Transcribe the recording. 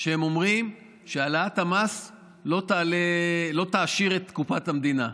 כשהם אומרים שהעלאת המס לא תעשיר את קופת המדינה.